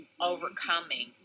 overcoming